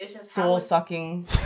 Soul-sucking